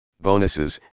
bonuses